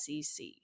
SEC